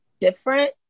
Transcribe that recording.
different